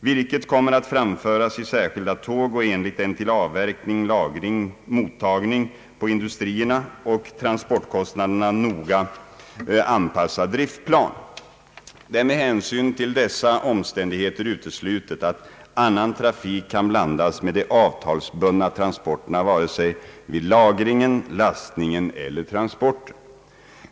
Virket kommer att framföras i särskilda tåg och enligt en till avverkning, lagring, mottagning på industrierna och transportkostnaderna noga anpassad driftplan. Det är med hänsyn till dessa omständigheter uteslutet att annan trafik kan blandas med de avtalsbundna transporterna vare sig vid lagringen, lastningen eller transporten.